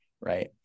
right